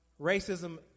racism